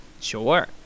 Sure